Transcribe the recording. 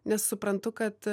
nes suprantu kad